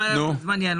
אתה